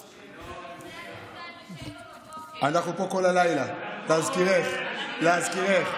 (הצבת יוצאי צבא במשטרת ישראל ובשירות בתי הסוהר) (תיקוני חקיקה) (הוראת